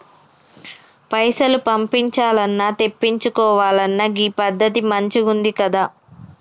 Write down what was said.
పైసలు పంపించాల్నన్నా, తెప్పిచ్చుకోవాలన్నా గీ పద్దతి మంచిగుందికదా